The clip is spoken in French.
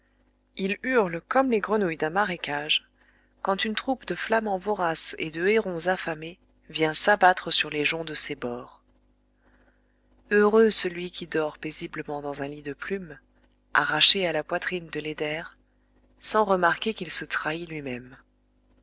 il hurle comme les grenouilles d'un marécage quand une troupe de flamants voraces et de hérons affamés vient s'abattre sur les joncs de ses bords heureux celui qui dort paisiblement dans un lit de plumes arrachées à la poitrine de l'eider sans remarquer qu'il se trahit lui-même